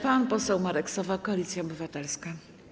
Pan poseł Marek Sowa, Koalicja Obywatelska.